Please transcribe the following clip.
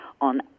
on